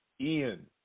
Ian